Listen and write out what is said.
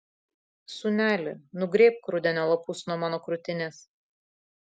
sūneli nugrėbk rudenio lapus nuo mano krūtinės